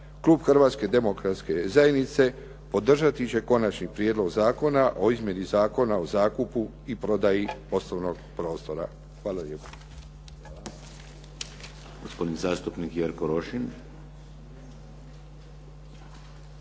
klub Hrvatske demokratske zajednice podržat će Konačni prijedlog zakona o izmjeni Zakona o zakupu i prodaji poslovnog prostora. Hvala lijepo.